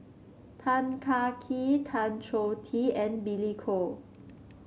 Tan Kah Kee Tan Choh Tee and Billy Koh